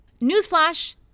newsflash